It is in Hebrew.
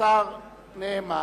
השר נאמן.